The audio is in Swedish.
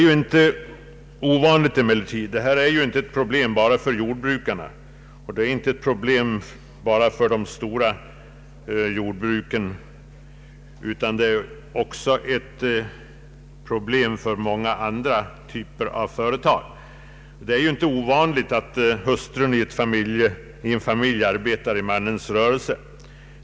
Detta är emellertid inte bara ett problem för jordbrukarna och för ägarna av stora jordbruk, utan det är också ett problem för många andra företagare. Det är ju inte ovanligt att hustrun i en familj arbetar i mannens rörelse.